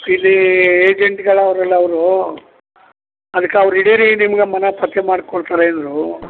ಇಲ್ಲೀ ಎಜೇಂಟ್ಗಳವರಲ್ಲ ಅವರು ಅದಕೆ ಅವ್ರ ಹಿಡೀರಿ ನಿಮ್ಗೆ ಮನೆ ಪರ್ಚಯ ಮಾಡಿ ಕೊಡ್ತಾರೆ ಅಂದರು